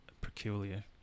peculiar